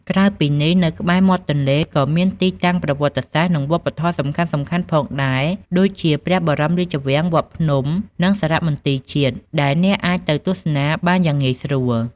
ក្រៅពីនេះ នៅក្បែរមាត់ទន្លេក៏មានទីតាំងប្រវត្តិសាស្ត្រ និងវប្បធម៌សំខាន់ៗផងដែរ ដូចជាព្រះបរមរាជវាំង វត្តភ្នំ និងសារមន្ទីរជាតិ ដែលអ្នកអាចទៅទស្សនាបានយ៉ាងងាយស្រួល។